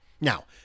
Now